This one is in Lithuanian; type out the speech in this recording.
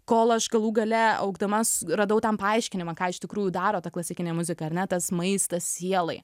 kol aš galų gale augdama radau tam paaiškinimą ką iš tikrųjų daro ta klasikinė muzika ar ne tas maistas sielai